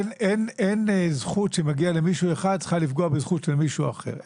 אין זכות שמגיעה למישהו אחד שצריכה לפגוע בזכות של מישהו אחר.